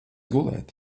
gulēt